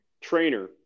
trainer